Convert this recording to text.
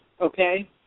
okay